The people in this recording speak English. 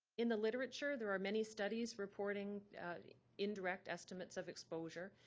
in the literature there are many studies reporting indirect estimates of exposure.